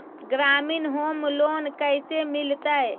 ग्रामीण home loan कैसे मिलतै?